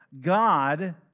God